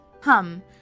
Hum